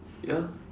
ya